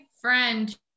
friend